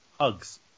hugs